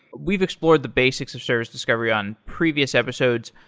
we've explored the basics of service discovery on previous episodes.